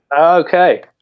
okay